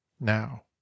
Now